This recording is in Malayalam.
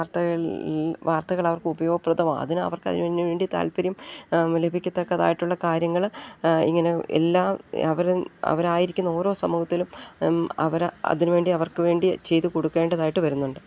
വാർത്തകൾ വാർത്തകൾ അവർക്ക് ഉപയോഗപ്രദം അതിന് അവർക്കതിനു വേണ്ടി താല്പര്യം ലഭിക്കത്തക്കതായിട്ടുള്ള കാര്യങ്ങൾ ഇങ്ങനെ എല്ലാം അവർ അവരായിരിക്കുന്ന ഓരോ സമൂഹത്തിലും അവരെ അതിനു വേണ്ടി അവർക്കു വേണ്ടി ചെയ്ത് കൊടുക്കേണ്ടതായിട്ട് വരുന്നുണ്ട്